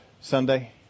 Sunday